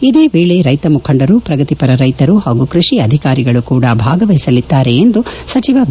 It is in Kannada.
ಇದೇ ವೇಳೆ ರೈತ ಮುಖಂಡರು ಪ್ರಗತಿಪರ ರೈತರು ಹಾಗೂ ಕೃಷಿ ಅಧಿಕಾರಿಗಳು ಕೂಡ ಭಾಗವಹಿಸಲಿದ್ದಾರೆ ಎಂದು ಸಚಿವ ಬಿ